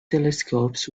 telescopes